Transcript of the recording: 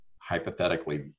hypothetically